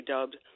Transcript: dubbed